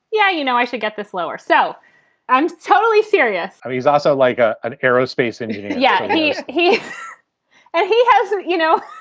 yeah. you know, i should get this lower. so i'm totally serious i mean, he's also like ah an aerospace engineer yeah. he's he's and he has so you know,